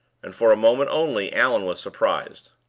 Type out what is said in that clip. and for a moment only, allan was surprised.